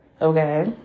Okay